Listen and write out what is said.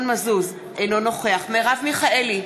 אינו נוכח מרב מיכאלי,